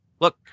Look